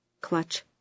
Clutch